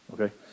Okay